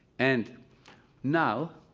and now,